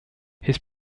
his